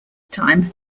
time